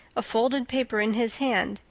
a folded paper in his hand,